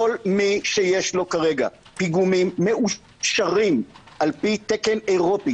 כל מי שיש לו כרגע פיגומים מאושרים על פי תקן אירופי